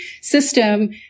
system